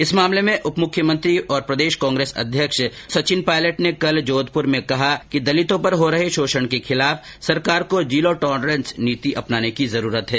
इस मामले में उप मुख्यमंत्री और प्रदेश कांग्रेस अध्यक्ष सचिन पायलट ने कल जोधपुर में कहा कि दलितों पर हो रहे शोषण के खिलाफ सरकार को जीरो टॉलरेंस नीति अपनाने की जरूरत है